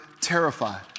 terrified